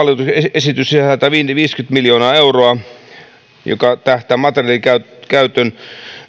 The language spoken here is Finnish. esitys sisältää viisikymmentä miljoonaa euroa joka tähtää materiaalikäytön